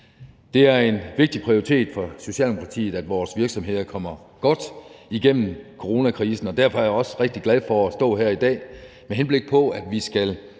Det er en vigtig prioritet for Socialdemokratiet, at vores virksomheder kommer godt igennem coronakrisen, og derfor er jeg også rigtig glad for at stå her i dag, med henblik på at vi skal